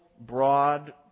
broad